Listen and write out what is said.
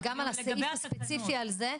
וגם על הסעיף הספציפי הזה.